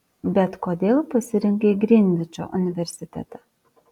bet kodėl pasirinkai grinvičo universitetą